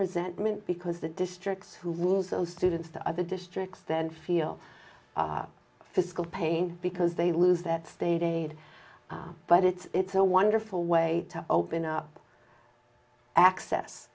resentment because the districts who lose those students to other districts then feel physical pain because they lose that state aid but it's a wonderful way to open up access